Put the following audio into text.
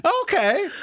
Okay